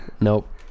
Nope